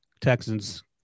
Texans